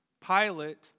Pilate